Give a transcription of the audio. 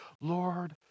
Lord